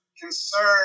concern